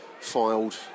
filed